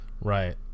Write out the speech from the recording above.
right